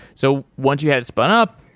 so once you had it spun-up,